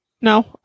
No